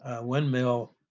windmill